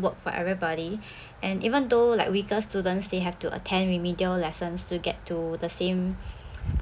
work for everybody and even though like weaker students they have to attend remedial lessons to get to the same